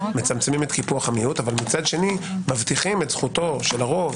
מצמצמים את קיפוח המיעוט אבל מצד שני מבטיחים את זכותו של הרוב,